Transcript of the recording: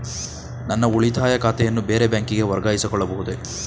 ನನ್ನ ಉಳಿತಾಯ ಖಾತೆಯನ್ನು ಬೇರೆ ಬ್ಯಾಂಕಿಗೆ ವರ್ಗಾಯಿಸಿಕೊಳ್ಳಬಹುದೇ?